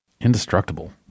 Indestructible